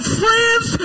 friends